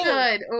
good